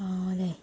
ആഹ് ലേ